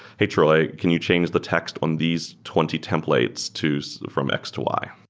hey, troy. can you change the text on these twenty templates? choose from x to y.